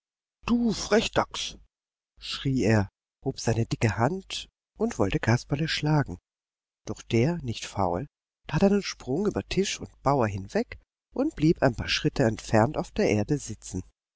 du frechdachs schrie er hob seine dicke hand und wollte kasperle schlagen doch der nicht faul tat einen sprung über tisch und bauer hinweg und blieb ein paar schritte entfernt auf der erde sitzen